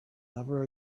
never